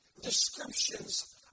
descriptions